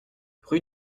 rue